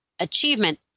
achievement